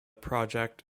project